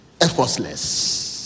Effortless